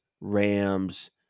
Rams